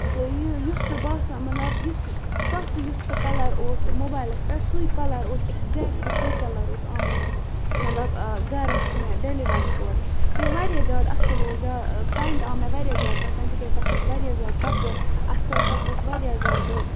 تہٕ یہِ یُس سُہ باسان مطلب یُس تَتھ یُس تہِ کَلر اوس موبیلَس پٮ۪ٹھ سُے کَلر اوس ایٚکزیکٹ سُے کَلر اوس آمُت یُس مطلب گرٕ یُس مےٚ ڈیٚلِور کوٚر تِم واریاہ زیادٕ اَصٕل اوس پینٹ آو مےٚ واریاہ زیادٕ پَسند تِکیازِ تَتھ اوس واریاہ زیادٕ کَپُر اَصٕل تَتھ ٲسۍ واریاہ زیادٕ